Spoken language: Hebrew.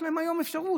ויש להם היום אפשרות.